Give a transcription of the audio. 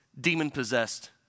demon-possessed